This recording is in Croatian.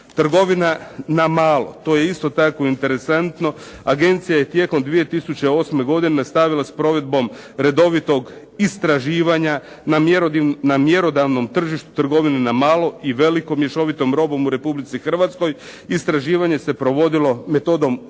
Trgovina na malo. To je isto tako interesantno. Agencija je tijekom 2008. godine nastavila s provedbom redovitog istraživanja na mjerodavnom tržištu trgovine na malo i velikom mješovitom robom u Republici Hrvatskoj. Istraživanje se provodilo metodom uzorka